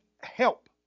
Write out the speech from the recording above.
help